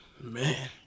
man